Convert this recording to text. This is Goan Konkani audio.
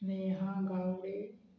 नेहा गांवडे